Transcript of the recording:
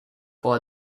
for